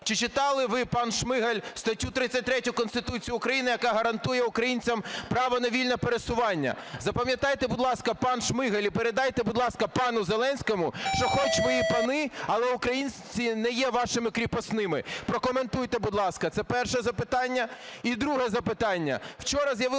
Чи читали ви, пан Шмигаль, статтю 33 Конституції України, яка гарантує українцям право на вільне пересування? Запам'ятайте, будь ласка, пан Шмигаль, і передайте, будь ласка, пану Зеленському, що, хоч ми і пани, але українці не є вашими кріпосними. Прокоментуйте, будь ласка. Це перше запитання. І друге запитання. Вчора з'явилася